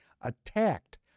attacked